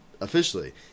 officially